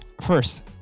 first